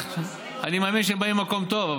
אני מאמין שבאים ממקום טוב,